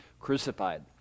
crucified